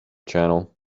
channel